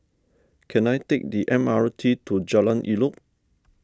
can I take the M R T to Jalan Elok